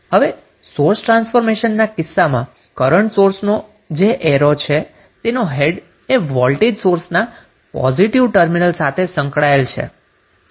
હવે સોર્સ ટ્રાન્સફોર્મેશનના કિસ્સામાં કરન્ટ સોર્સનો જે એરો છે તેનો હેડ એ વોલ્ટેજ સોર્સના પોઝિટીવ ટર્મિનલ સાથે સંકળાયેલ છે